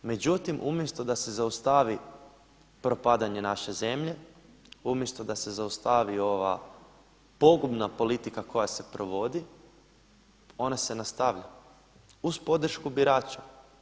Međutim umjesto da se zaustavi propadanje naše zemlje, umjesto da se zaustavi ova pogubna politika koja se provodi, ona se nastavlja uz podršku birača.